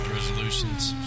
Resolutions